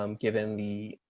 um given the